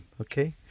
okay